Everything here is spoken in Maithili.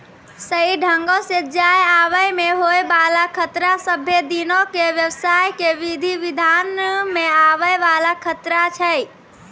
सही ढंगो से जाय आवै मे होय बाला खतरा सभ्भे दिनो के व्यवसाय के विधि विधान मे आवै वाला खतरा छै